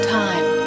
time